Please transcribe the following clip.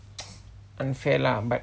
unfair lah but